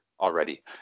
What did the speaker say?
already